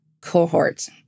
cohort